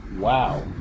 Wow